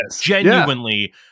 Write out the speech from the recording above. genuinely